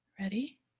Ready